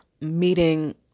meeting